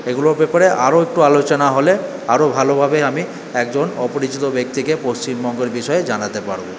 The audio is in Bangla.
এগুলোর ব্যাপারে আরো একটু আলোচনা হলে আরো ভালোভাবে আমি একজন অপরিচিত ব্যক্তিকে পশ্চিমবঙ্গের বিষয়ে জানাতে পারব